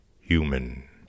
human